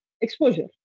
Exposure